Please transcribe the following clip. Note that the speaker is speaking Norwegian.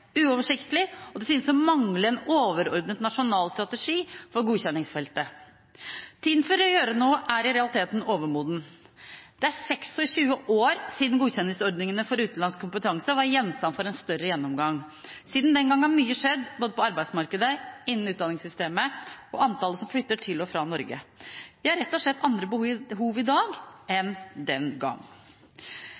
uoversiktlig og det synes å mangle en overordnet nasjonal strategi for godkjenningsfeltet.» Tiden for å gjøre noe er i realiteten overmoden. Det er 26 år siden godkjenningsordningene for utenlandsk kompetanse var gjenstand for en større gjennomgang. Siden den gang har mye skjedd både på arbeidsmarkedet, innen utdanningssystemet og på antallet som flytter til og fra Norge. Vi har rett og slett andre behov i